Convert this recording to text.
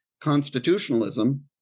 constitutionalism